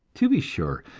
to be sure,